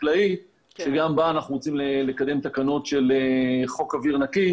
החקלאית שגם בה אנחנו רוצים לקדם תקנות של חוק אויר נקי,